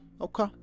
Okay